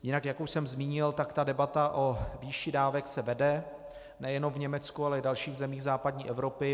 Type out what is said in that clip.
Jinak, jak už jsem zmínil, ta debata o výši dávek se vede nejenom v Německu, ale i v dalších zemích západní Evropy.